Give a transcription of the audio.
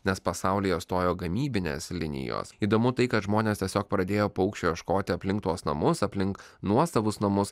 nes pasaulyje stojo gamybinės linijos įdomu tai kad žmonės tiesiog pradėjo paukščių ieškoti aplink tuos namus aplink nuosavus namus